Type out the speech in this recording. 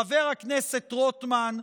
חבר הכנסת רוטמן,